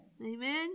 Amen